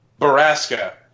Baraska